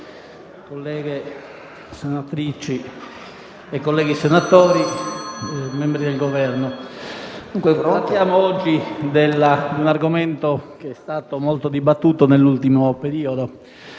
colleghe senatrici e colleghi senatori, membri del Governo, parliamo oggi di un argomento che è stato molto dibattuto nell'ultimo periodo.